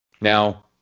Now